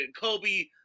Kobe